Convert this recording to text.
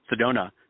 Sedona